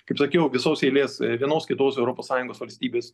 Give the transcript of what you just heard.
kaip sakiau visos eilės vienos kitos europos sąjungos valstybės